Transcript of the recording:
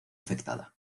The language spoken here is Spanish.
afectada